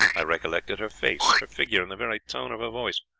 i recollected her face, her figure, and the very tone of her voice,